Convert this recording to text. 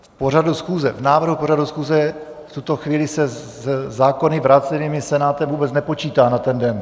V pořadu schůze, v návrhu pořadu schůze v tuto chvíli se se zákony vrácenými Senátem vůbec nepočítá na ten den.